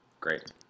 Great